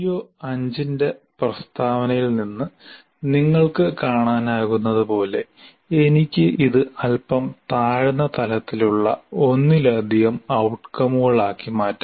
CO5 ന്റെ പ്രസ്താവനയിൽ നിന്ന് നിങ്ങൾക്ക് കാണാനാകുന്നതുപോലെ എനിക്ക് ഇത് അല്പം താഴ്ന്ന തലത്തിലുള്ള ഒന്നിലധികം ഔട്കമുകളാക്കി മാറ്റാം